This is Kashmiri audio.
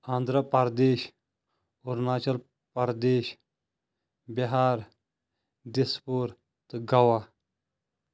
آنٛدر پَردیش اوٚروٗناچَل پَردیش بِہار ڈِسپور تہٕ گَوا